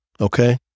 Okay